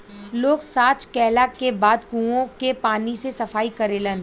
लोग सॉच कैला के बाद कुओं के पानी से सफाई करेलन